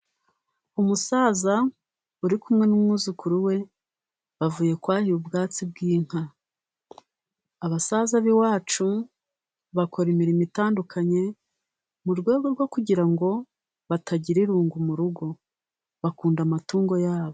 Umusaza ari hamwe n'umwuzukuru we bavuye kwahira ubwatsi bw'inka .Abasaza b'iwacu bakora imirimo itandukanye mu rwego rwo kugira ngo batagira irungu mu rugo ;bakunda amatungo yabo.